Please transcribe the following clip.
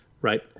Right